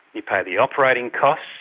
you pay the operating costs,